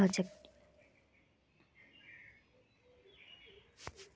गरीबी उन्मूलनत सरकारेर नीती ला सफल ह छेक